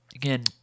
Again